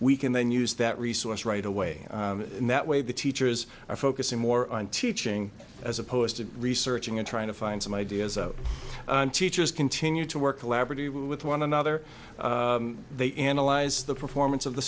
we can then use that resource right away that way the teachers are focusing more on teaching as opposed to researching and trying to find some ideas on teachers continue to work elaborately with one another they analyze the performance of the